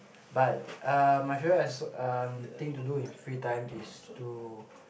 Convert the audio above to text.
but uh my favourite as um thing to do in free time is to